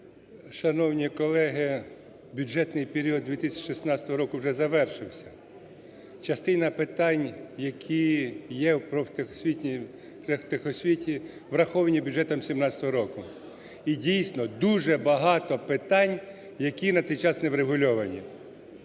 Шановні колеги, бюджетний період 2016 року вже завершився. Частина питань, які є в профтехосвіті враховані бюджетом 2017 року. І дійсно дуже багато питань, які на цей час не врегульовані.